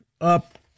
up